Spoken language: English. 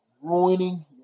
ruining